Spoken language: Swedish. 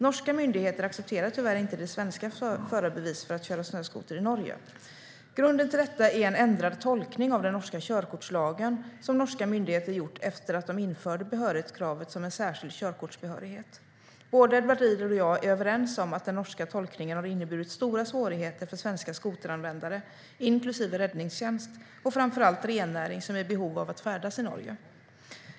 Norska myndigheter accepterar tyvärr inte det svenska förarbeviset för att köra snöskoter i Norge. Grunden till detta är en ändrad tolkning av den norska körkortslagen som norska myndigheter gjort efter att de införde behörighetskravet som en särskild körkortsbehörighet. Edward Riedl och jag är överens om att den norska tolkningen har inneburit stora svårigheter för svenska skoteranvändare, inklusive räddningstjänst och framför allt rennäringen, som är i behov av att färdas i Norge.